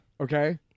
Okay